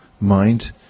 mind